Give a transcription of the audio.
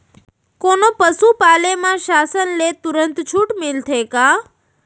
कोनो पसु पाले म शासन ले तुरंत छूट मिलथे का?